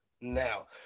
now